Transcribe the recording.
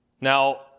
Now